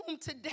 today